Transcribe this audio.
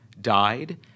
died